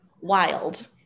wild